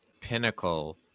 pinnacle